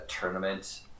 tournament